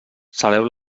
saleu